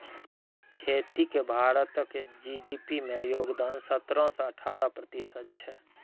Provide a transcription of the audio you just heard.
खेतीक भारतक जी.डी.पी मे योगदान सतरह सँ अठारह प्रतिशत छै